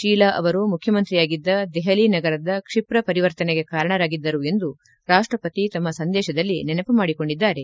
ಶೀಲಾ ಅವರು ಮುಖ್ಯಮಂತ್ರಿಯಾಗಿದ್ದ ದೆಹಲಿ ನಗರದ ಕ್ಷಿಪ್ರ ಪರಿವರ್ತನೆಗೆ ಕಾರಣರಾಗಿದ್ದರು ಎಂದು ರಾಷ್ಷಪತಿ ತಮ್ಮ ಸಂದೇಶದಲ್ಲಿ ನೆನಪು ಮಾಡಿಕೊಂಡಿದ್ದಾರೆ